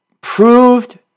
proved